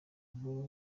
nkuru